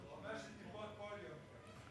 הוא אומר שטיפות פוליו.